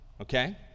okay